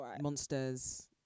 monsters